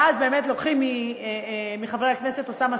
ואז באמת לוקחים מחבר הכנסת אוסאמה